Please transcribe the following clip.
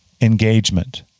engagement